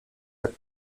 jak